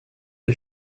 des